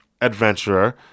adventurer